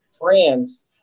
friends